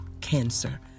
cancer